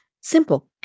simple